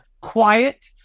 quiet